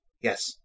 Yes